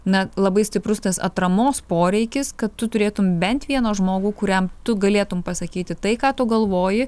na labai stiprus tas atramos poreikis kad tu turėtum bent vieną žmogų kuriam tu galėtum pasakyti tai ką tu galvoji